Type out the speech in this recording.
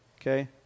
Okay